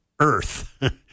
earth